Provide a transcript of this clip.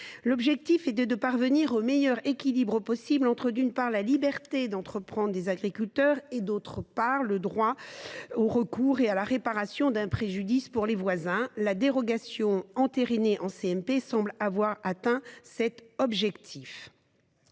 l’objectif était de parvenir au meilleur équilibre possible entre, d’une part, la liberté d’entreprendre des agriculteurs et, d’autre part, le droit au recours et à la réparation d’un préjudice pour les voisins. La dérogation entérinée en commission mixte paritaire semble avoir atteint cet objectif.